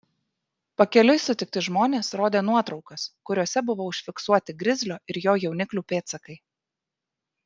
pakeliui sutikti žmonės rodė nuotraukas kuriose buvo užfiksuoti grizlio ir jo jauniklių pėdsakai